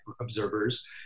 observers